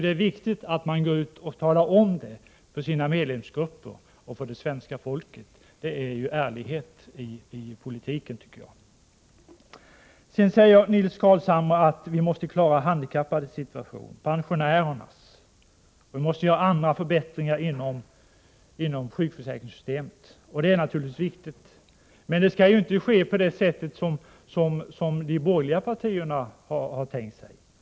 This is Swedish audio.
Det är väsentligt att man går ut och talar om detta för sina väljargrupper och för svenska folket. Det är ärlighet i politiken. Nils Carlshamre säger att vi måste klara de handikappades och pensionärernas situation och att vi måste göra andra förbättringar inom sjukförsäkringssystemet. Det är naturligtvis riktigt. Men det skall inte ske på det sätt som de borgerliga partierna har tänkt sig.